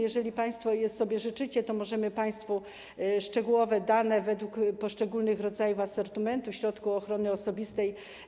Jeżeli państwo sobie życzycie, to możemy państwu przekazać szczegółowe dane według poszczególnych rodzajów asortymentu środków ochrony osobistej.